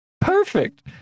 Perfect